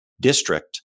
District